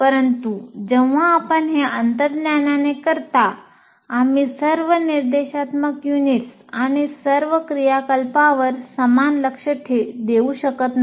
परंतु जेव्हा आपण हे अंतर्ज्ञानाने करता आम्ही सर्व निर्देशात्मक युनिट्स आणि सर्व क्रियाकलापांवर समान लक्ष देऊ शकत नाही